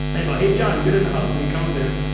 i go, hey, john, get in the house. and he comes in,